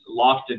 lofted